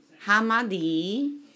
Hamadi